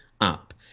up